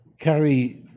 carry